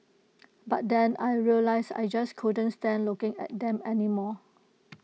but then I realised I just couldn't stand looking at them anymore